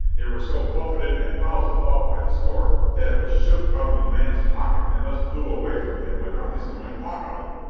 they were so buffeted and bowsed about by the storm that it was shook out of the man's pocket, and thus blew away from him without his knowing aught of it.